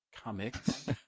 Comics